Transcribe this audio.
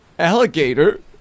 Alligator